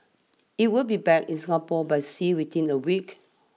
it will be back in Singapore by sea within a week